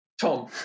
Tom